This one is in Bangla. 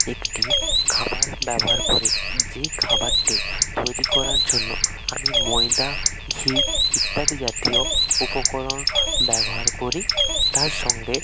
একটি খাবার ব্যবহার করি যেই খাবারটি তৈরি করার জন্য আমি ময়দা ঘি ইত্যাদি জাতীয় উপকরণ ব্যবহার করি তার সঙ্গে